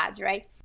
right